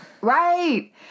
Right